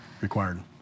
required